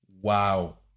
Wow